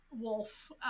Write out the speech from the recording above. wolf